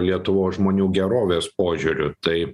lietuvos žmonių gerovės požiūriu tai